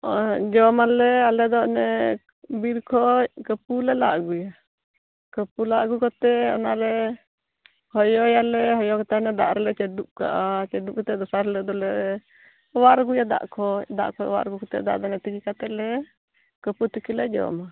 ᱡᱚᱢᱟᱞᱮ ᱟᱞᱮᱫᱚ ᱚᱱᱮ ᱵᱤᱨ ᱠᱷᱚᱱ ᱠᱟᱹᱯᱩ ᱞᱮ ᱞᱟ ᱟᱹᱜᱩᱭᱟ ᱠᱟᱹᱯᱩ ᱞᱟ ᱟᱹᱜᱩ ᱠᱟᱛᱮᱫ ᱚᱱᱟᱞᱮ ᱦᱚᱭᱚᱭᱟᱞᱮ ᱦᱚᱭᱚ ᱠᱟᱛᱮᱫ ᱫᱟᱜ ᱨᱮᱞᱮ ᱪᱟᱰᱳ ᱠᱟᱜᱼᱟ ᱪᱟᱰᱳ ᱠᱟᱛᱮᱫ ᱫᱚᱥᱟᱨ ᱦᱤᱞᱳᱜ ᱫᱚᱞᱮ ᱚᱣᱟᱨ ᱟᱹᱜᱩᱭᱟ ᱫᱟᱜ ᱠᱷᱚᱱ ᱫᱟᱜ ᱠᱷᱚᱱ ᱚᱣᱟᱨ ᱟᱹᱜᱩ ᱠᱟᱛᱮᱫ ᱫᱟᱜ ᱫᱚᱞᱮ ᱜᱤᱰᱤ ᱠᱟᱛᱮᱫ ᱞᱮ ᱠᱟᱹᱯᱩ ᱛᱤᱠᱤ ᱞᱮ ᱡᱚᱢᱟ